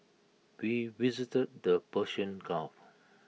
we visited the Persian gulf